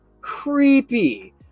Creepy